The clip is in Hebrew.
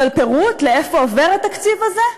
אבל פירוט לאיפה עובר התקציב הזה?